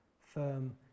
firm